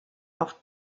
auf